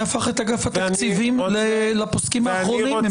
הפך את אגף התקציבים לפוסקים האחרונים?